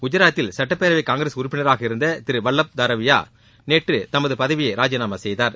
குஐராத்தில் சட்டப் பேரவை காங்கிரஸ் உறுப்பினராக இருந்த திரு வல்வப் தாரவியா நேற்று தனது பதவியை ராஜினாமா செய்தார்